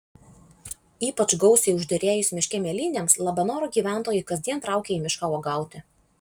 ypač gausiai užderėjus miške mėlynėms labanoro gyventojai kasdien traukia į mišką uogauti